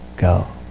go